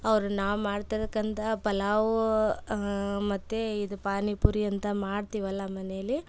ಅವ್ರು ನಾವು ಮಾಡ್ತಿರತಕ್ಕಂಥ ಪಲಾವು ಮತ್ತು ಇದು ಪಾನಿಪುರಿ ಅಂತ ಮಾಡ್ತೀವಲ್ವ ಮನೆಯಲ್ಲಿ